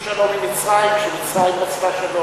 עשינו שלום עם מצרים כשמצרים רצתה שלום.